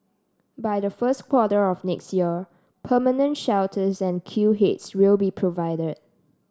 by the first quarter of next year permanent shelters and queue heads will be provided